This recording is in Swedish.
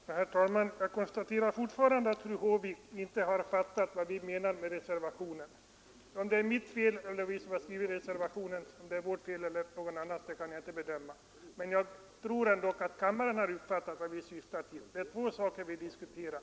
Herr talman! Jag konstaterar fortfarande att fru Håvik inte har uppfattat vad vi menar med reservationen. Om det är vårt fel som har skrivit reservationen eller någon annans fel kan jag inte bedöma. Men jag tror ändå att kammaren har uppfattat vad vi syftar till. Det är två frågor som vi diskuterar.